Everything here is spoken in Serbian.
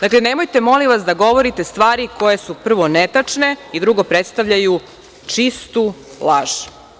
Dakle, nemojte molim vas da govorite stvari koje su prvo, netačne, i drugo, predstavljaju čistu laž.